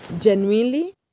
genuinely